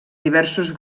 diversos